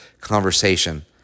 conversation